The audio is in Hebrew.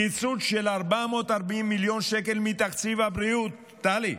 קיצוץ של 440 מיליון שקלים מתקציב הבריאות, טלי.